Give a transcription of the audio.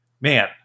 man